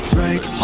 right